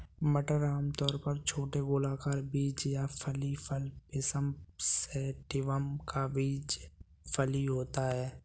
मटर आमतौर पर छोटे गोलाकार बीज या फली फल पिसम सैटिवम का बीज फली होता है